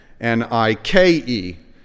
N-I-K-E